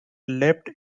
left